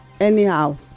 anyhow